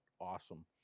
awesome